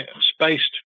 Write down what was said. spaced